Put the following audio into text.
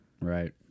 Right